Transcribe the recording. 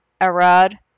Arad